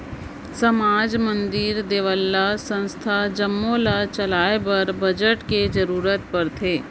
समाज, मंदिर, देवल्ला, संस्था जम्मो ल चलाए बर बजट कर जरूरत परथे